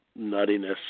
nuttiness